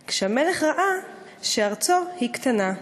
/ כשהמלך ראה שארצו היא קטנה.